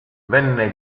venne